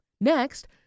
Next